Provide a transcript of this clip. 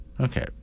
Okay